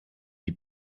die